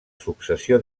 successió